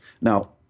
Now